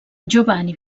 giovanni